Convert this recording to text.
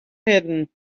hidden